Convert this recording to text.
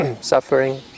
suffering